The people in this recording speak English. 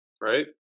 Right